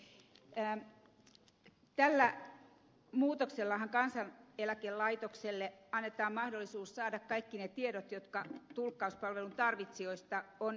tällä muutoksellahan kansaneläkelaitokselle annetaan mahdollisuus saada kaikki ne tiedot joita tulkkauspalvelun tarvitsijoista on ympäri maata